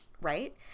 right